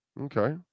Okay